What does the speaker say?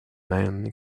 man